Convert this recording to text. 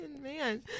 man